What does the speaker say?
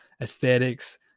aesthetics